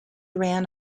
ran